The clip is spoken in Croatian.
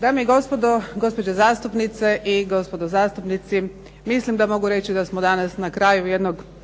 Dame i gospodo, gospođe zastupnici i gospodo zastupnici. Mislim da mogu reći da smo danas na kraju jednog